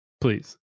please